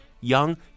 Young